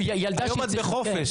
היום זה יום חופש.